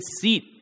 seat